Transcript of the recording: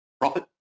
profit